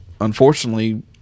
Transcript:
unfortunately